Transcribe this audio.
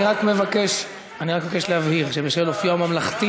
אני רק מבקש להבהיר שבשל אופיו הממלכתי